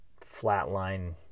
flatline